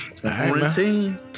Quarantine